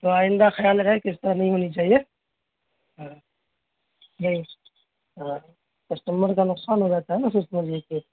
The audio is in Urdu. تو آئندہ خیال رہے اس طرح نہیں ہونی چاہیے ٹھیک ہاں نہیں ہاں کسٹمر کا نقصان ہو جاتا ہے نا سوچ لیجیے